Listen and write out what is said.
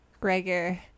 gregor